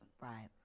Right